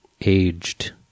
aged